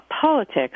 politics